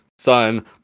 son